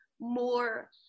more